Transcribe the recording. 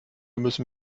müssen